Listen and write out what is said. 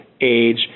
age